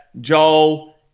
Joel